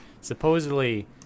supposedly